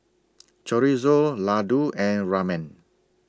Chorizo Ladoo and Ramen